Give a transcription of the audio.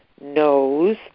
knows